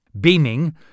Beaming